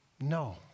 no